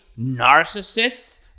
narcissists